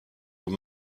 eaux